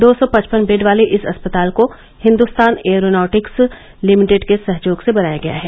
दो सौ पचपन बेड वाले इस अस्पताल को हिन्दुस्तान एयरोनॉटिक्स लिमिटेड के सहयोग से बनाया गया है